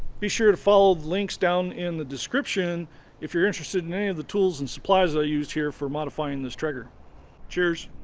be sure to follow the links down in the description if you're interested in any of the tools and supplies i used here for modifying this trigger cheers